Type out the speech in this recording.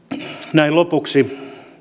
näin lopuksi